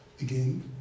again